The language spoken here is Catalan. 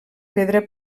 pedra